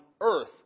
earth